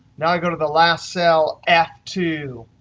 now, i go to the last cell, f two,